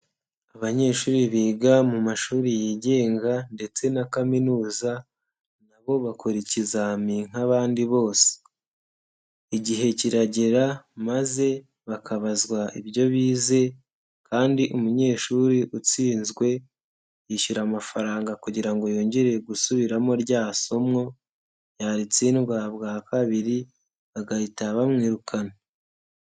Abanyeshuri biga mu mashuri yigenga ndetse na kaminuza, nabo bakora ikizami nk'abandi bose. Igihe kiragera maze bakabazwa ibyo bize kandi umunyeshuri utsinzwe yishyura amafaranga kugira ngo yongere gusubiramo rya somo, yaritsindwa bwa kabiri bagahita bamwirukana.